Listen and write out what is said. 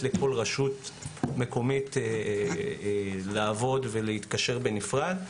לכל רשות מקומית לעבוד ולהתקשר בנפרד.